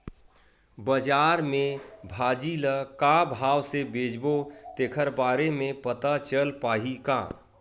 बजार में भाजी ल का भाव से बेचबो तेखर बारे में पता चल पाही का?